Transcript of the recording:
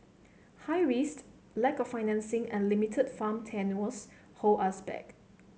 high risks lack of financing and limited farm tenures hold us back